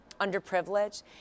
underprivileged